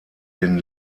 den